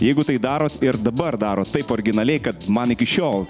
jeigu tai darot ir dabar darot taip originaliai kad man iki šiol